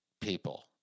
people